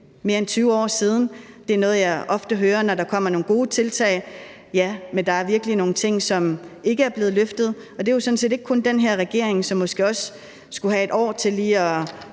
mere end 20 år siden. Det er noget, jeg ofte hører, når der kommer nogle gode tiltag: Ja, men der er virkelig nogle ting, som ikke er blevet løftet. Og det skyldes jo sådan set ikke kun den her regering, som måske også skulle have 1 år til lige at